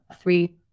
three